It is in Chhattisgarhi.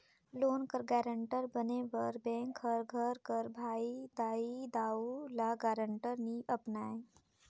लोन कर गारंटर बने बर बेंक हर घर कर भाई, दाई, दाऊ, ल गारंटर नी अपनाए